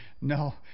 No